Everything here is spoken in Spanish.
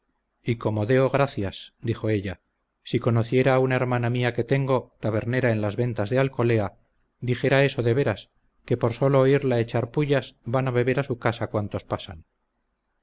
y como deo gracias dijo ella si conociera a una hermana mía que tengo tabernera en las ventas de alcolea dijera eso de veras que por solo oírla echar pullas van a beber a su casa cuantos pasan